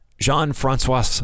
Jean-Francois